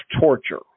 torture